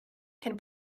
can